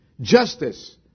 justice